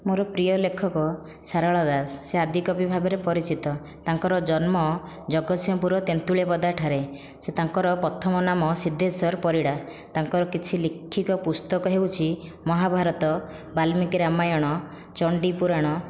ମୋର ପ୍ରିୟ ଲେଖକ ସାରଳା ଦାସ ସେ ଆଦିକବି ଭାବରେ ପରିଚିତ ତାଙ୍କର ଜନ୍ମ ଜଗତସିଂହପୁର ତେନ୍ତୁଳି ପଦାଠାରେ ସେ ତାଙ୍କର ପ୍ରଥମ ନାମ ସିଦ୍ଧେଶ୍ୱର ପରିଡ଼ା ତାଙ୍କର କିଛି ଲିଖିତ ପୁସ୍ତକ ହେଉଛି ମହାଭାରତ ବାଲ୍ମୀକି ରାମାୟଣ ଚଣ୍ଡୀପୁରାଣ